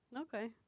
Okay